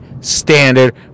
standard